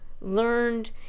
learned